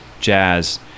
jazz